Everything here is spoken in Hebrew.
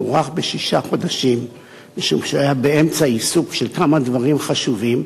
זה הוארך בשישה חודשים משום שהיה באמצע עיסוק בכמה דברים חשובים,